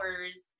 hours